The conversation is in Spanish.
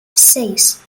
seis